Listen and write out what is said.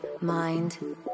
mind